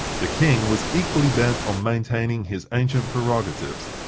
the king was equally bent on maintaining his ancient prerogatives.